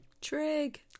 Trig